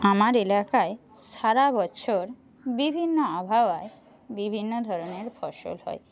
আমার এলাকায় সারা বছর বিভিন্ন আবহাওয়ায় বিভিন্ন ধরনের ফসল হয়